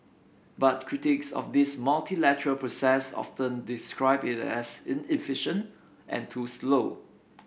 but critics of this multilateral process often describe it as inefficient and too slow